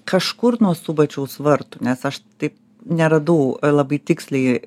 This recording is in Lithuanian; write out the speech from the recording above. kažkur nuo subačiaus vartų nes aš taip neradau labai tiksliai